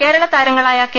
കേരള താരങ്ങളായ കെ